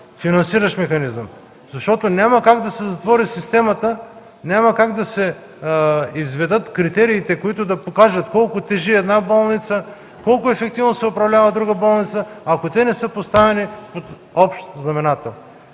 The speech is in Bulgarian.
финансиращ механизъм. Защото няма как да се затвори системата, няма как да се изведат критериите, които да покажат колко тежи една болница, колко ефективно се управлява друга болница, ако те не са поставени под общ знаменател.